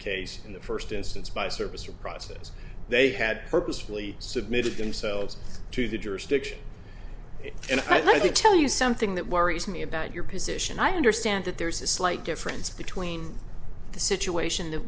case in the first instance by service or process they had purposefully submitted themselves to the jurisdiction and i'd like to tell you something that worries me about your position i understand that there's a slight difference between the situation that